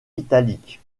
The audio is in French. italique